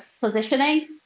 positioning